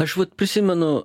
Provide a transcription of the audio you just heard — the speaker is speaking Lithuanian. aš vat prisimenu